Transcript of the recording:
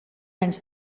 anys